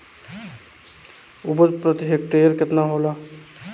उपज प्रति हेक्टेयर केतना होला?